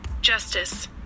justice